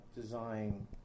design